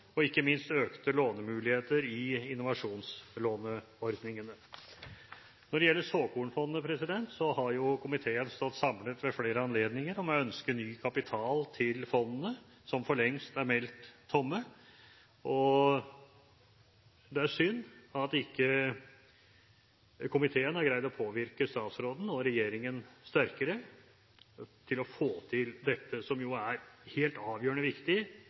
og ikke minst økte lånemuligheter i innovasjonslåneordningene. Når det gjelder såkornfondene, har komiteen stått samlet ved flere anledninger om å ønske ny kapital til fondene, som for lengst er meldt tomme. Det er synd at ikke komiteen har greid å påvirke statsråden og regjeringen sterkere for å få til dette, som er helt avgjørende viktig